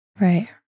Right